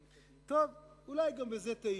טוב, אולי גם בזה טעיתי.